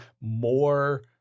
more